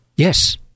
Yes